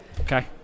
okay